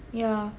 yeah